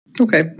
Okay